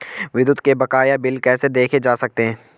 विद्युत के बकाया बिल कैसे देखे जा सकते हैं?